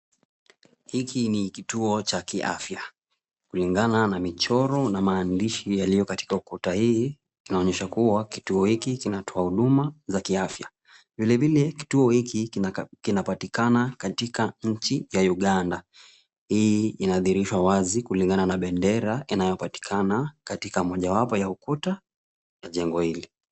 Hiki ni kituo cha kiafya, kulingana na michoro na maandishi yaliyo katikati ya ukuta, hii inaonyesha kuwa kituo hiki kinatoa huduma za kiafya, vile vile kituo hiki kinapatikana katika nchi ya Uganda, hii inadhihirisha wazi kulingana na bendera inayopatikana katika mojawapo ya ukuta wa jengo hili.